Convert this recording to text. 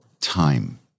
time